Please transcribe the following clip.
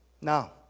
Now